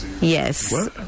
yes